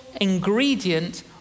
ingredient